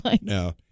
No